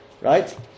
Right